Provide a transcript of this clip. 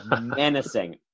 menacing